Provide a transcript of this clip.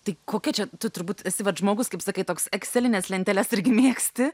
tai kokia čia tu turbūt esi vat žmogus kaip sakai toks ekselines lenteles irgi mėgsti